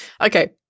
okay